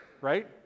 Right